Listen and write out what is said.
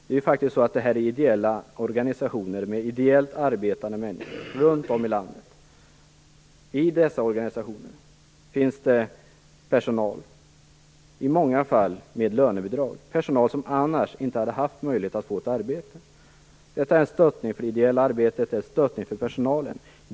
Det här handlar ju faktiskt om ideella organisationer runt om i landet med ideellt arbetande människor. I dessa organisationer finns personal, i många fall med lönebidrag, personal som annars inte hade haft en möjlighet att få ett arbete. Detta är ett stöd för det ideella arbetet och ett stöd för personalen.